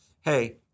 Hey